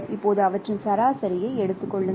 இப்போது அவற்றின் சராசரியை எடுத்துக் கொள்ளுங்கள்